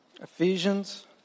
Ephesians